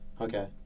Okay